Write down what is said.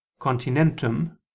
continentum